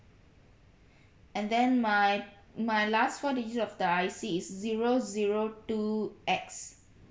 and then my my last four digit of the I_C is zero zero two X